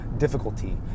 Difficulty